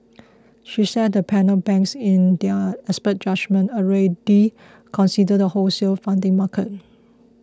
she said the panel banks in their expert judgement already consider the wholesale funding market